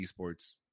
esports